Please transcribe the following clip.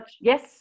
Yes